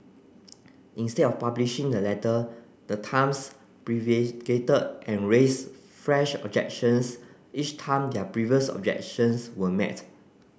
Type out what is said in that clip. instead of publishing the letter the Times prevaricated and raised fresh objections each time their previous objections were met